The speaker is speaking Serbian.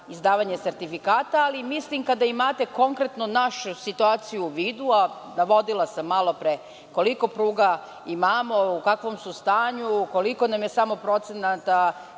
izdavanje sertifikata, ali mislim kada imate konkretno našu situaciju u vidu, a navodila sam malopre koliko pruga imamo, u kakvom su stanju, koliko nam je samo procenata